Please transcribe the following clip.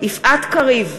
יפעת קריב,